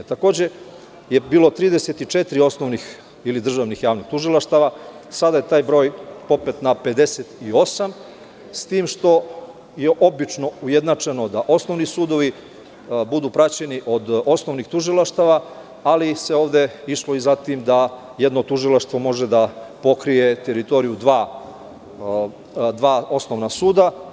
Takođe je bilo 34 osnovnih ili državnih javnih tužilaštava, sada je taj broj popet na 58, s tim što je obično ujednačeno da osnovni sudovi budu praćeni od osnovnih tužilaštava, ali se ovde išlo i za tim da jedno tužilaštvo može da pokrije teritoriju dva osnovna suda.